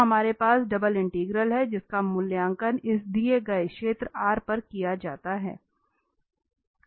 तो हमारे पास डबल इंटीग्रल है जिसका मूल्यांकन इस दिए गए क्षेत्र R पर किया जाता है